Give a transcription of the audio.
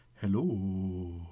hello